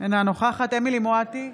אינה נוכחת אמילי חיה מואטי,